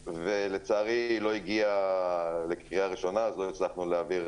ולצערי היא לא הגיעה לקריאה ראשונה אז לא הצלחנו להעביר